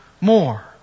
more